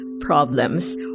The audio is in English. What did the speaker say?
problems